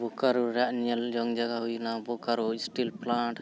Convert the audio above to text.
ᱵᱳᱠᱟᱨᱳ ᱨᱮᱭᱟᱜ ᱧᱮᱞᱡᱚᱝ ᱡᱟᱭᱜᱟ ᱦᱩᱭᱮᱱᱟ ᱵᱳᱠᱟᱨᱳ ᱥᱴᱤᱞ ᱯᱞᱟᱱᱴ